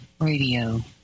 radio